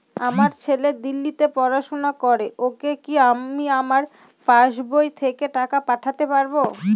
আমার ছেলে দিল্লীতে পড়াশোনা করে ওকে কি আমি আমার পাসবই থেকে টাকা পাঠাতে পারব?